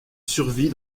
survit